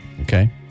Okay